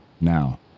Now